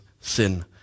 sin